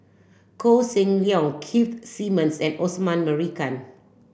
Koh Seng Leong Keith Simmons and Osman Merican